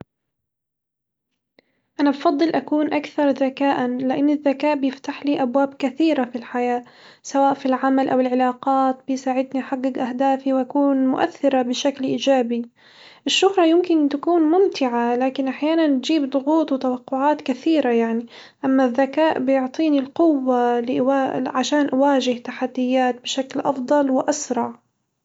أنا بفضل أكون أكثر ذكاء، لإن الذكاء بيفتح لي أبواب كثيرة في الحياة، سواء في العمل أو العلاقات بيساعدني أحجج أهدافي وأكون مؤثرة بشكل إيجابي، الشهرة يمكن تكون ممتعة، لكن أحيانًا تجيب ضغوطات وتوقعات كثيرة يعني، أما الذكاء بيعطيني القوة لأواج- عشان أواجه التحديات بشكل أفضل وأسرع.